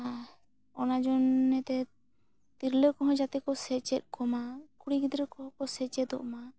ᱚᱱᱟ ᱡᱚᱱᱱᱮ ᱛᱮ ᱛᱤᱨᱞᱟᱹ ᱠᱚᱣᱟ ᱡᱟᱛᱮ ᱠᱚ ᱥᱮᱪᱮᱫ ᱠᱚᱢᱟ ᱠᱩᱲᱤ ᱜᱤᱫᱽᱨᱟᱹ ᱠᱚᱣᱟ ᱠᱚ ᱥᱮᱪᱮᱫᱚᱜᱼᱢᱟ